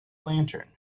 lantern